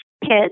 kids